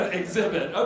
exhibit